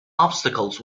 obstacles